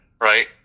Right